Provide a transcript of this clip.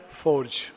forge